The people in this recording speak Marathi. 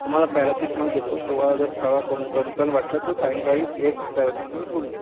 तुम्हाला पॅरासिटमोल देतो तुम्हाला जर कणकण वाटली तर सायंकाळी एक पॅरासिटमोल घेऊन घ्यायची सर